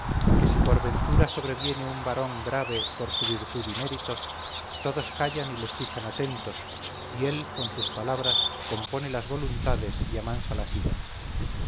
que si por ventura sobreviene un varón grave por su virtud y méritos todos callan y le escuchan atentos y él con sus palabras compone las voluntades y amansa las iras